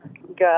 Good